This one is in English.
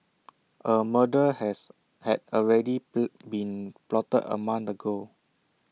A murder has had already be been plotted A month ago